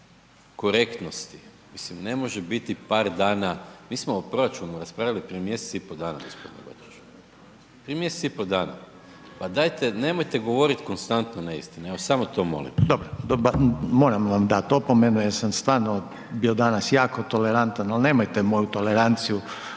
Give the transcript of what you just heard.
korektnosti, mislim ne može biti par dana, mi smo o proračunu raspravljali prije mjesec i pol dana gospodine Boriću. Prije mjesec i pol dana. Pa dajte nemojte govoriti konstantno neistine, evo samo to molim. **Reiner, Željko (HDZ)** Dobro, moram vam dati opomenu jer sam stvarno bio danas jako tolerantan ali nemojte moju toleranciju